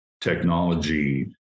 technology